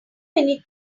many